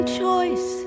choice